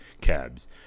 Cabs